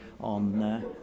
on